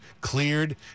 cleared